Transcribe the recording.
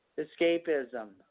escapism